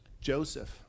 Joseph